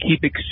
keep